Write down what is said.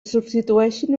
substitueixin